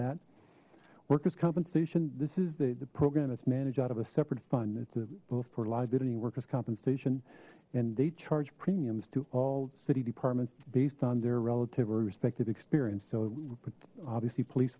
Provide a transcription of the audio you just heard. that workers compensation this is the the program that's managed out of a separate fund it's a both for liability workers compensation and they charge premiums to all city departments based on their relative or respective experience so obviously police